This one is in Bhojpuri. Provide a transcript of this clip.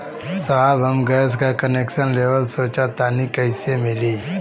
साहब हम गैस का कनेक्सन लेवल सोंचतानी कइसे मिली?